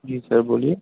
جی sir بولیے